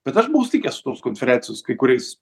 bet aš buvau susitikęs su tos konferencijos kai kuriais